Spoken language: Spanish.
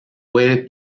puede